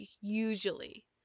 usually